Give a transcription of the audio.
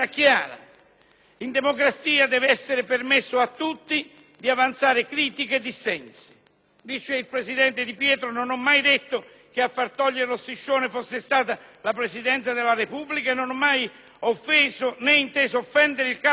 «In democrazia deve essere permesso a tutti di avanzare critiche e dissensi». E aggiunge: «Non ho mai detto che a far togliere lo striscione fosse stata la Presidenza della Repubblica e non ho mai offeso, né inteso offendere il Capo dello Stato